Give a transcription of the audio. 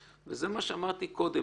הבנתי.